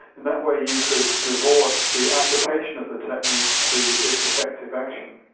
in that way you could divorce the application of the technique to its effective action.